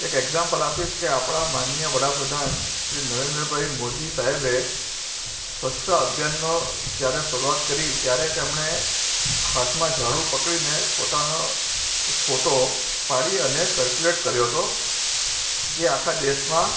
એક એક્ઝામ્પલ આપીશ કે આપણા માનનીય વડાપ્રધાન શ્રી નરેન્દ્રભાઈ મોદી સાહેબે સ્વચ્છતા અભિયાનનો જ્યારે શરૂઆત કરી ત્યારે તેમણે હાથમાં ઝાડુ પકડીને પોતાનો એક ફોટો પાડી અને સર્ક્યુલેટ કર્યો હતો જે આખા દેશમાં